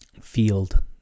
field